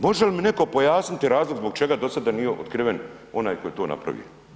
Može li mi netko pojasniti razlog zbog čega do sada nije otkriven onaj tko je to napravio?